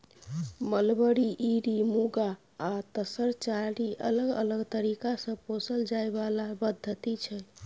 mulberry, Eri, Muga आ तसर चारि अलग अलग तरीका सँ पोसल जाइ बला पद्धति छै